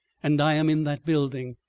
and i am in that building.